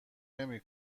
نمی